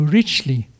richly